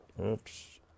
Oops